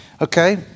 Okay